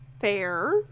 fair